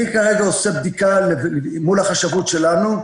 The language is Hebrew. אני כרגע עושה בדיקה מול החשבות שלנו.